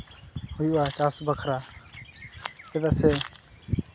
ᱦᱩᱭᱩᱜᱼᱟ ᱪᱟᱥ ᱵᱟᱠᱷᱨᱟ ᱪᱮᱫᱟᱜ ᱥᱮ